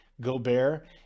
Gobert